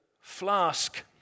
flask